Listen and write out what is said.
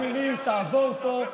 אני מציע לך לסתום את הפה פה,